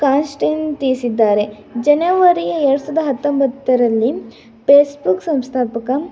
ಕಾನ್ಶಟೆನ್ ತಿಳಿಸಿದ್ದಾರೆ ಜನವರಿ ಎರಡು ಸಾವಿರದ ಹತ್ತೊಂಬತ್ತರಲ್ಲಿ ಪೇಸ್ಬುಕ್ ಸಂಸ್ಥಾಪಕ